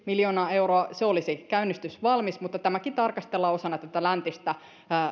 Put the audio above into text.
miljoonaa euroa se olisi käynnistysvalmis mutta sitäkin tarkastellaan osana läntistä